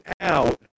out